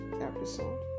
episode